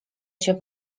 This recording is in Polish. się